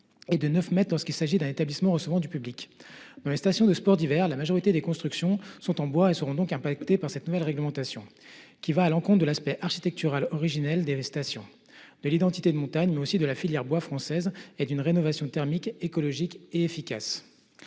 et de 9 mètres lorsqu’il s’agit d’un établissement recevant du public. Dans les stations de sports d’hiver, la majorité des constructions sont en bois et sont donc concernées par cette nouvelle réglementation, qui va à l’encontre non seulement de l’aspect architectural originel des stations et de l’identité de montagne, mais aussi de la filière bois française et des exigences d’une rénovation thermique écologique et efficace.